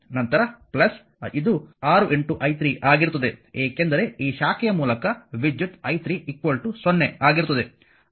ನಂತರ ಇದು 6 i3 ಆಗಿರುತ್ತದೆ ಏಕೆಂದರೆ ಈ ಶಾಖೆಯ ಮೂಲಕ ವಿದ್ಯುತ್ i3 0 ಆಗಿರುತ್ತದೆ